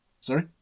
Sorry